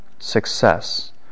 success